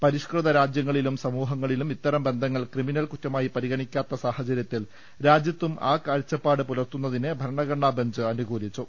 പരിഷ്കൃത രാജ്യങ്ങളിലും സമൂഹങ്ങളിലും ഇത്തരം ബന്ധങ്ങൾ ക്രിമിനൽകുറ്റമായി പരിഗണിക്കാത്ത സാഹചര്യത്തിൽ രാജ്യത്തും ആ കാഴ്ചപ്പാട് പുലർത്തുന്നതിനെ ഭരണഘടനാബെഞ്ച് അനുകൂലിച്ചു